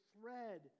thread